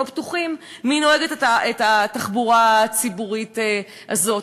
בטוחים מי נוהג את התחבורה הציבורית הזאת.